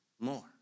more